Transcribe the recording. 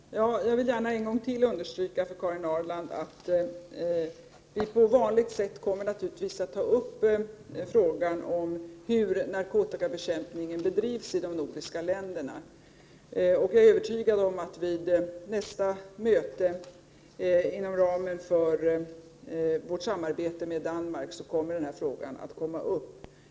Herr talman! Jag vill gärna ännu en gång understryka för Karin Ahrland att regeringen på vanligt sätt naturligtvis kommer att ta upp frågan om hur narkotikabekämpningen bedrivs i de nordiska länderna. Jag är övertygad om att vid nästa möte inom ramen för vårt samarbete med Danmark kommer frågan att tas upp.